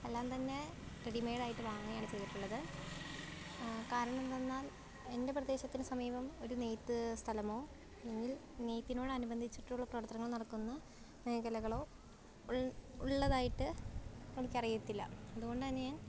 എല്ലാം തന്നെ റെഡിമെയ്ഡ് ആയിട്ട് വാങ്ങുകയാണ് ചെയ്തിട്ടുള്ളത് കാരണമെന്തെന്നാൽ എൻ്റെ പ്രദേശത്തിന് സമീപം ഒരു നെയ്ത്ത് സ്ഥലമോ അല്ലെങ്കിൽ നെയ്ത്തിനോട് അനുബന്ധിച്ചിട്ടുള്ള പ്രവർത്തനങ്ങൾ നടക്കുന്ന മേഖലകളോ ഉള്ളതായിട്ട് എനിക്കറിയത്തില്ല അതുകൊണ്ടു തന്നെ ഞാൻ